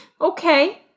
Okay